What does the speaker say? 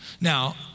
Now